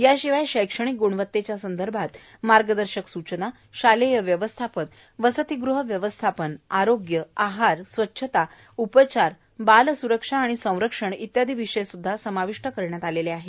याशिवाय शैक्षणिक ग्णवतेच्या संदर्भात मार्गदर्शक सूचना शालेय व्यवस्थापन वसतिगृह व्यवस्थापन आरोग्य आहार स्वच्छता उपचार बालस्रक्षा आणि संरक्षण इत्यादी विषयस्ध्दा समाविष्ट करण्यात आलेले आहेत